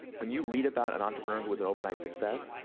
when you read about an entrepreneur who was an overnight success,